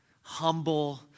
humble